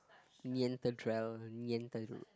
neanderthal neanderthal